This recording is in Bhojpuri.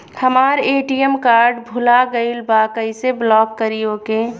हमार ए.टी.एम कार्ड भूला गईल बा कईसे ब्लॉक करी ओके?